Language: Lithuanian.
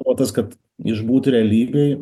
o tas kad išbūt realybėj